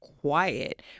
quiet